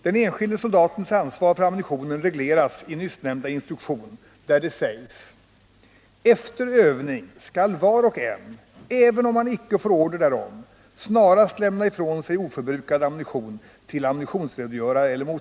Den enskilde soldatens ansvar för ammunition regleras i nyssnämnda instruktion där det sägs: ”Efter övning skall var och en, även om han icke får order därom, snarast lämna ifrån sig oförbrukad ammunition till ammunitionsredogörare (motsv.